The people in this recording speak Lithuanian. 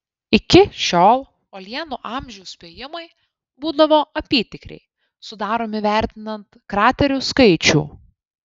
iki šiol uolienų amžiaus spėjimai būdavo apytikriai sudaromi vertinant kraterių skaičių